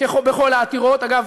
בכל העתירות" אגב,